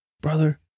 brother